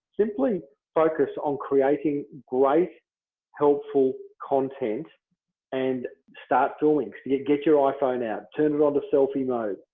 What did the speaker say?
simply focus on creating great helpful content and start doing. you get get your iphone out, turn it on to selfie mode.